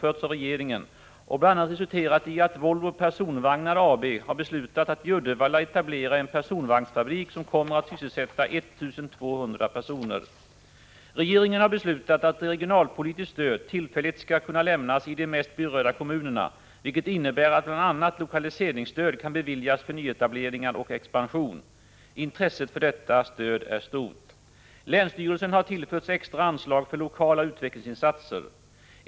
förts av regeringen och bl.a. resulterat i att Volvo Personvagnar AB har beslutat att i Uddevalla etablera en personvagnsfabrik som kommer att peketer sysselsätta 1 200 personer. Regeringen har beslutat att regionalpolitiskt stöd tillfälligt skall kunna lämnasi de mest berörda kommunerna, vilket innebär att bl.a. lokaliseringsstöd kan beviljas för nyetableringar och expansion. Intresset för detta stöd är stort. Länsstyrelsen har tillförts extra anslag för lokala utvecklingsinsatser.